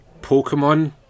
Pokemon